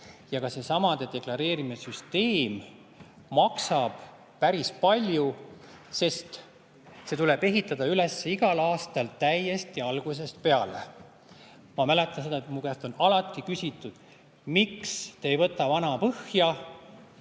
Seesama deklareerimissüsteem maksab päris palju, sest see tuleb igal aastal üles ehitada täiesti algusest peale. Ma mäletan, et mu käest on alati küsitud, miks te ei võta vana põhja